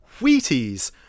wheaties